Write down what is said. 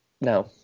no